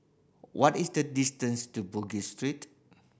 what is the distance to Bugis Street